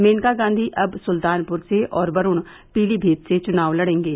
मेनका गांधी अब सुल्तानपुर से और वरूण पीलीमीत से चुनाव लड़ेंगे